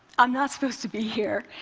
i'm not supposed to be here.